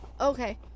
Okay